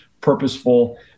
purposeful